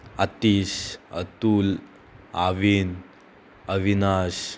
Atish Atul Avin Avinash